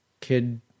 kid